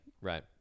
right